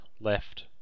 left